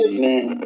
Amen